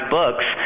books